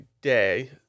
day